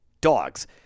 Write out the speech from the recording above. dogs